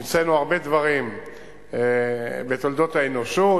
המצאנו הרבה דברים בתולדות האנושות.